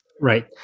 Right